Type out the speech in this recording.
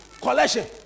Collection